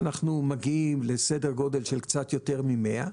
אנחנו מגיעים לסדר גודל של קצת יותר מ-100.